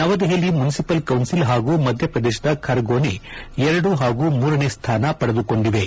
ನವದೆಹಲಿ municipal council ಹಾಗೂ ಮಧ್ಯಪ್ರದೇಶದ ಖರ್ಗೋನೆ ಎರಡು ಹಾಗೂ ಮೂರನೇ ಸ್ವಾನ ಪಡೆದುಕೊಂಡಿವೆ